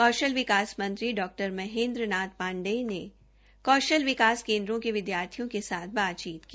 कौशल विकास मंत्री डॉ महेन्द्र पांडेय ने कौशल विकास केन्द्रों के विद्यार्थियों के साथ बातचीत की